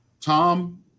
Tom